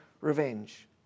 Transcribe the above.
revenge